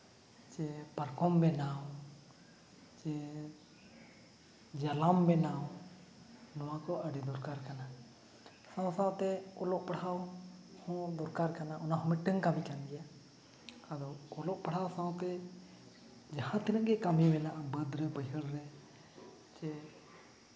ᱪᱮ ᱯᱟᱨᱠᱚᱢ ᱵᱮᱱᱟᱣ ᱪᱮ ᱡᱟᱞᱟᱢ ᱵᱮᱱᱟᱣ ᱱᱚᱣᱟ ᱠᱚ ᱟᱹᱰᱤ ᱫᱚᱨᱠᱟᱨ ᱠᱟᱱᱟ ᱥᱟᱶ ᱥᱟᱶᱛᱮ ᱚᱞᱚᱜ ᱯᱟᱲᱦᱟᱣ ᱦᱚᱸ ᱫᱚᱨᱠᱟᱨ ᱠᱟᱱᱟ ᱚᱱᱟ ᱦᱚᱸ ᱢᱤᱫᱴᱮᱱ ᱠᱟᱹᱢᱤ ᱠᱟᱱ ᱜᱮᱭᱟ ᱟᱫᱚ ᱚᱞᱚᱜ ᱯᱟᱲᱦᱟᱣ ᱥᱟᱶᱛᱮ ᱡᱟᱦᱟᱸ ᱛᱤᱱᱟᱹᱜ ᱜᱮ ᱠᱟᱹᱢᱤ ᱢᱮᱱᱟᱜᱼᱟ ᱵᱟᱹᱫᱽ ᱨᱮ ᱵᱟᱹᱭᱦᱟᱹᱲ ᱨᱮ ᱪᱮ